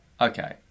okay